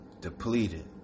depleted